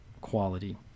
quality